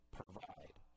provide